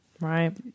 Right